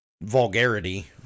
vulgarity